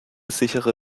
sichere